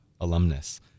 alumnus